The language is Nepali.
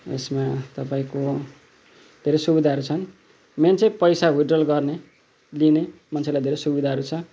यसमा तपाईँको धेरै सुविधाहरू छन् मेन चाहिँ पैसा विड्रल गर्ने लिने मान्छेलाई धेरै सुविधाहरू छ